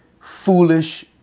foolish